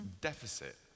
deficit